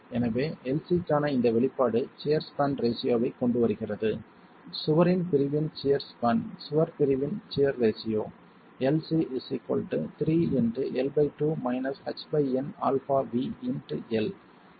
எனவே lc க்கான இந்த வெளிப்பாடு சியர் ஸ்பான் ரேஷியோ வைக் கொண்டுவருகிறது சுவரின் பிரிவின் சியர் ஸ்பான் சுவர் பிரிவின் சியர் ரேஷியோ